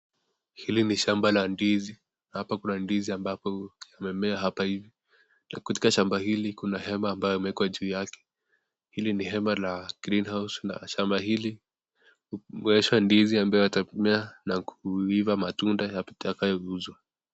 Hili ni shamba la ndizi. Hapa kuna ndizi ambapo zimemea hapa hivi. Na katika shamba hili kuna hema ambayo imeekwa juu yake. Hili ni hema la green house na shamba hili uonyeshwa ndizi ambayo itamea na kuiva matunda yatakayouzwa.